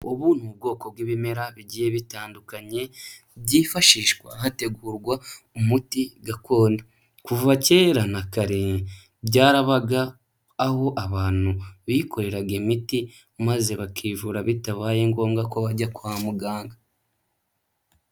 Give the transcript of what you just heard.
Ubu ni ubwoko bw'ibimera bigiye bitandukanye, byifashishwa hategurwa umuti gakondo. Kuva kera na kare byarabaga, aho abantu bikoreraga imiti, maze bakivura bitabaye ngombwa, ko bajya kwa muganga.